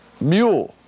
mule